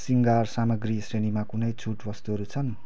शृङ्गार सामग्री श्रेणीमा कुनै छुट वस्तुहरू छन्